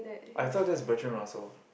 I thought that's Bertrand-Russell